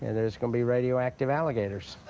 and there's gonna be radioactive alligators.